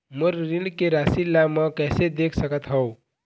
मोर ऋण के राशि ला म कैसे देख सकत हव?